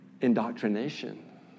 indoctrination